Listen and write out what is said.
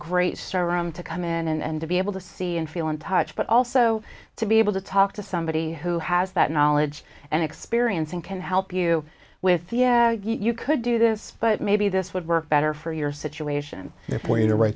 great star room to come in and to be able to see and feel and touch but also to be able to talk to somebody who has that knowledge and experience and can help you with yeah you could do this but maybe this would work better for your situation or point you to ri